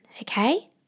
okay